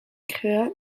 créa